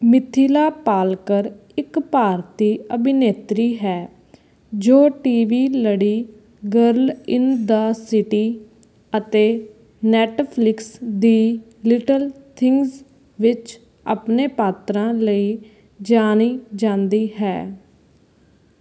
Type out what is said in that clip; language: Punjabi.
ਮਿਥਿਲਾ ਪਾਲਕਰ ਇੱਕ ਭਾਰਤੀ ਅਭਿਨੇਤਰੀ ਹੈ ਜੋ ਟੀਵੀ ਲੜੀ ਗਰਲ ਇਨ ਦਾ ਸਿਟੀ ਅਤੇ ਨੈੱਟਫਲਿਕਸ ਦੀ ਲਿਟਲ ਥਿੰਗਸ ਵਿੱਚ ਆਪਣੇ ਪਾਤਰਾਂ ਲਈ ਜਾਣੀ ਜਾਂਦੀ ਹੈ